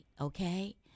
okay